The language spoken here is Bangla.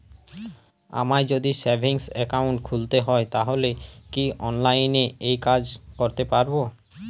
আমায় যদি সেভিংস অ্যাকাউন্ট খুলতে হয় তাহলে কি অনলাইনে এই কাজ করতে পারবো?